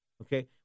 okay